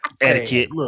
Etiquette